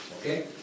Okay